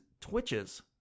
twitches